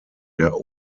der